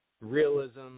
realism